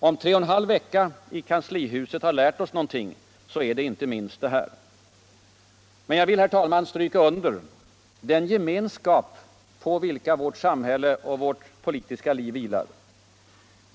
Om tre och en halv vecka 1 kanslihuset har lärt oss något, så är det inte minst detia. Men jag vill. herr talman, stryka under den gemenskap på vilken värt samhälle och vårt politiska liv vilar.